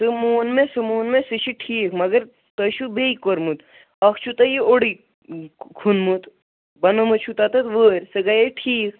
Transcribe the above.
تہِ مون مےٚ سُہ مون مےٚ سُہ چھُ ٹھیٖک مگرتۄہہِ چھو بیٚیہِ کوٚرمُت اکھ چھو تۄہہِ یہِ اوڑٕے کھونمُت بنٲومٕژ چھو تَتھ وٲر سۄ گٔیے ٹھیٖک